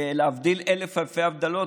להבדיל אלף אלפי הבדלות,